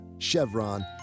Chevron